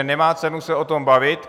Nemá cenu se o tom bavit.